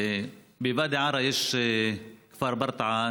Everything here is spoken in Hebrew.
בוואדי עארה יש את כפר ברטעה,